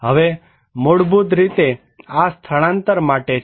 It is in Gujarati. હવે મૂળભૂત રીતે આ સ્થળાંતર માટે છે